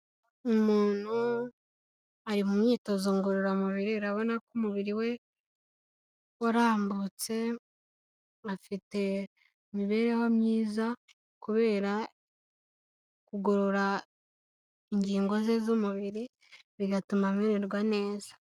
Umuntu ari mu myitozo ngororamubiri, abona ko umubiri we warambutse, afite imibereho myiza, kubera kugorora ingingo ze z'umubiri, bigatuma amererwa neza.